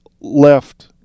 left